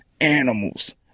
animals